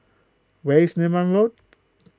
where is Neram Road